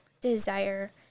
desire